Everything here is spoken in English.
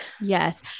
Yes